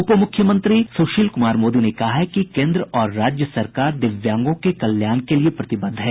उप मुख्यमंत्री सुशील कुमार मोदी ने कहा है कि केन्द्र और राज्य सरकार दिव्यांगों के कल्याण के लिए प्रतिबद्ध है